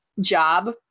job